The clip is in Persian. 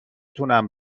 تونم